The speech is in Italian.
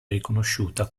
riconosciuta